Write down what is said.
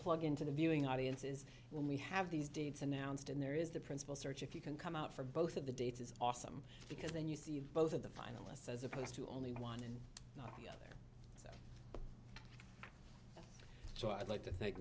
plug into the viewing audience is when we have these dates announced and there is the principle search if you can come out for both of the dates is awesome because then you see both of the finalists as opposed to only one and so i'd like to thank